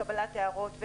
קבלת הערות,